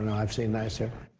and i've seen nicer. mm.